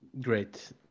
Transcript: Great